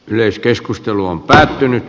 yleiskeskustelu on päättynyt